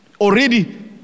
already